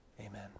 Amen